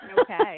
Okay